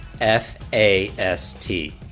F-A-S-T